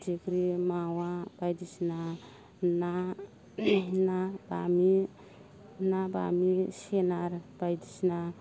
फिथिख्रि मावा बायदिसिना ना ना बामि ना बामि सेनार बायदिसिना